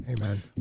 Amen